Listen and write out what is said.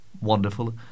Wonderful